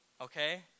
Okay